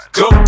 go